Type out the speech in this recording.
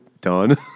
done